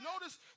Notice